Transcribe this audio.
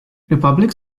republic